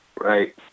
Right